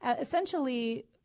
essentially